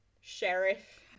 Sheriff